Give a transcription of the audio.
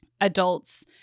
Adults